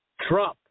Trump